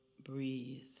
breathe